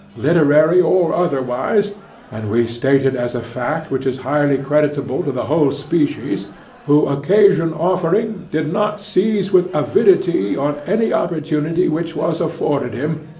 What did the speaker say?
literary or otherwise and we state it as a fact which is highly creditable to the whole species who, occasion offering, did not seize with avidity on any opportunity which was afforded him,